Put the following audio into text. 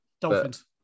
Dolphins